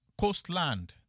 coastland